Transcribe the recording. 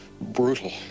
brutal